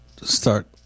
start